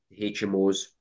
HMOs